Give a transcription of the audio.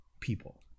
people